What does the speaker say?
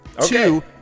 Two